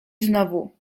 znowu